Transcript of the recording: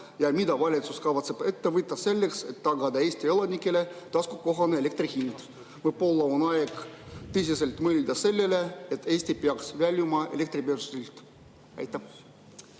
Ja mida valitsus kavatseb ette võtta selleks, et tagada Eesti elanikele taskukohane elektri hind? Võib-olla on aeg tõsiselt mõelda sellele, et Eesti peaks väljuma elektribörsilt. Aitäh!